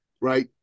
right